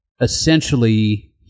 essentially